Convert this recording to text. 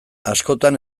askotan